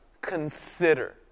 consider